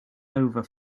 over